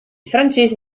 francesi